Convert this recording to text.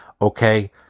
okay